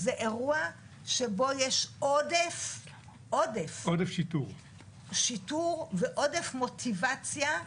זה אירוע שבו יש עודף שיטור ועודף מוטיבציה,